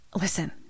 listen